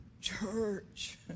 Church